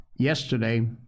Yesterday